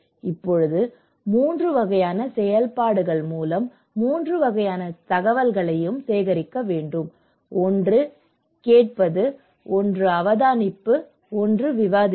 இப்போது 3 வகையான செயல்பாடுகள் மூலம் 3 வகையான தகவல்களையும் சேகரிக்க வேண்டும் ஒன்று கேட்கிறது ஒன்று அவதானிப்புகள் ஒன்று விவாதங்கள்